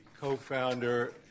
co-founder